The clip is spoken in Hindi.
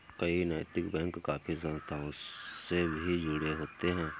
कई नैतिक बैंक काफी संस्थाओं से भी जुड़े होते हैं